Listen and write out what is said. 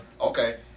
Okay